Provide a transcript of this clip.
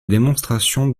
démonstrations